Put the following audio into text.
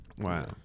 Wow